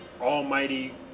almighty